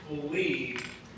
believe